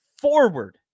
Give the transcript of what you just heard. forward